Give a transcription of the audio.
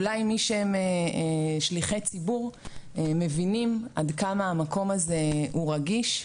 אולי מי שהם שליחי ציבור מבינים עד כמה המקום הזה הוא רגיש,